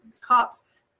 cops